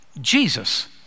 Jesus